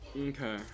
Okay